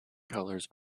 colours